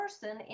person